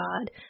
God